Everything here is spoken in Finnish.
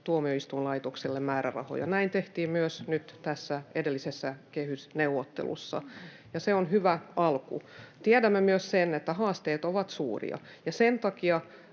tuomioistuinlaitokselle määrärahoja, näin tehtiin myös edellisessä kehysneuvottelussa, ja se on hyvä alku. Tiedämme myös, että haasteet ovat suuria, ja sen takia